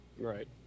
Right